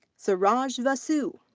suraj vasu.